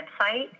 website